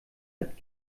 hat